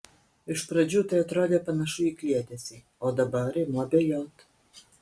iš pradžių tai atrodė panašu į kliedesį o dabar imu abejot